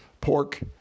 pork